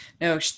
no